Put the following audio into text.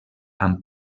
amb